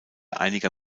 einiger